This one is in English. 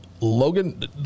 Logan